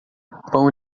pão